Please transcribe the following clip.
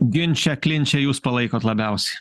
ginče klinče jūs palaikot labiausiai